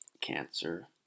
cancer